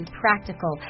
practical